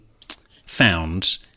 found